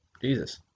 Jesus